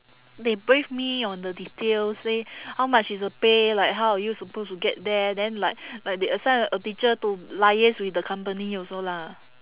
they brief me on the details say how much is the pay like how are you suppose to get there then like like they assign a teacher to liaise with the company also lah